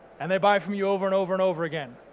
and they buy from you over and over and over again.